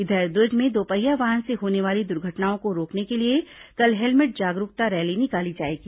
इधर दुर्ग में दोपहिया वाहन से होने वाली दुर्घटनाओं को रोकने के लिए कल हेलमेट जागरूकता रैली निकाली जाएगी